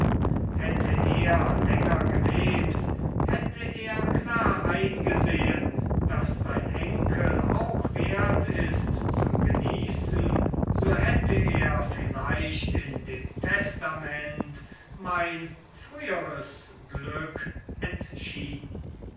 hätte er länger gelebt hätte er klar eingesehen daß sein enkel auch wert ist zu genießen so hätte er vielleicht in dem testament mein früheres glück entschieden